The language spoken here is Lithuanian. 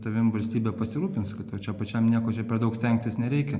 tavim valstybė pasirūpins kad tau čia pačiam nieko čia per daug stengtis nereikia